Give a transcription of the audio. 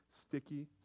sticky